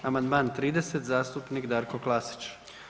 Amandman 30 zastupnik Darko Klasić.